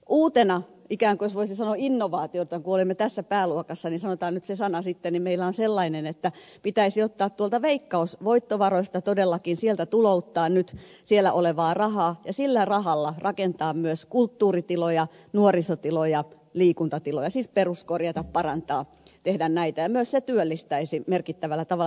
uutena ikään kuin jos voisi sanoa innovaationa kun olemme tässä pääluokassa niin sanotaan nyt se sana sitten meillä on sellainen että pitäisi ottaa tuolta veikkausvoittovaroista todellakin sieltä tulouttaa nyt siellä olevaa rahaa ja sillä rahalla rakentaa myös kulttuuritiloja nuorisotiloja liikuntatiloja siis peruskorjata parantaa tehdä näitä ja myös se työllistäisi merkittävällä tavalla